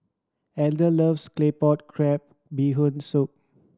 Elder loves Claypot Crab Bee Hoon Soup